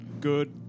good